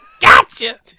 Gotcha